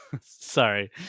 sorry